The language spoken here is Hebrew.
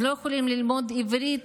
הם לא יכולים ללמוד עברית.